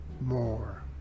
more